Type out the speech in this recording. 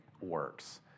works